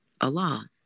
Allah